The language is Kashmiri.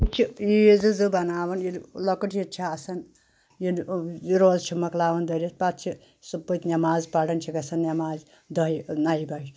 یہِ چھِ عیٖذٕ زٕ بناوان ییٚلہِ لۄکٕٹ عیٖد چھِ آسان ییٚلہِ روزٕ چھِ مۄکلاوان دٔرِتھ پتہٕ چھِ سُہ پٔتۍ نیٚماز پران چھِ گژھان نیٚماز دَہہِ نَیہِ بَجہِ